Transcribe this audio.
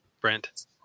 Brent